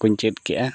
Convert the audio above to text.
ᱠᱚᱧ ᱪᱮᱫ ᱠᱮᱜᱼᱟ